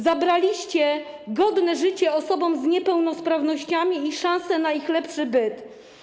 Zabraliście godne życie osobom z niepełnosprawnościami i szansę na ich lepszy byt.